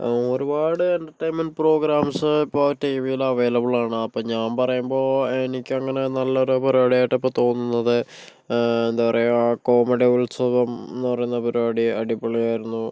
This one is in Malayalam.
ഒരുപാട് എൻറ്റർടെയിൻമെൻറ്റ് പ്രോഗ്രാമ്സ് ഇപ്പോൾ ടിവിയിൽ അവൈലബിൾ ആണ് അപ്പോൾ ഞാൻ പറയുമ്പോൾ എനിക്കങ്ങന നല്ലൊരു പരിപാടിയായിട്ടാണ് ഇപ്പം തോന്നുന്നത് എന്താ പറയുക കോമഡി ഉത്സവം എന്ന് പറയുന്ന പരിപാടി അടിപൊളിയായിരുന്നു